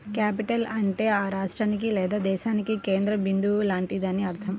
capital అంటే ఆ రాష్ట్రానికి లేదా దేశానికి కేంద్ర బిందువు లాంటిదని అర్థం